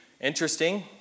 interesting